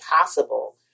possible